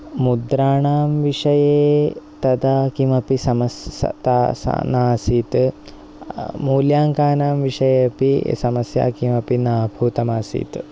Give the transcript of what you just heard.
मुद्राणां विषये तदा किमपि समस्या त स न आसीत् मूल्याङ्कानां विषये अपि समस्या किमपि न अनुभूतमासीत्